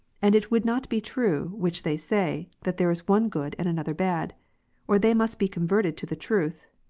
and it will not be true, which they say, that there is one good and another bad or they must be converted to the truth,